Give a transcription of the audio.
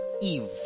Eve